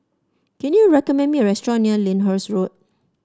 can you recommend me a restaurant near Lyndhurst Road